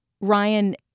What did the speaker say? Ryan